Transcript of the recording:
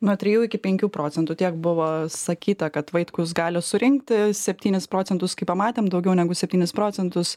nuo trijų iki penkių procentų tiek buvo sakyta kad vaitkus gali surinkti septynis procentus kai pamatėm daugiau negu septynis procentus